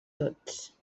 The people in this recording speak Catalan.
tots